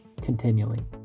continually